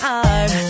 art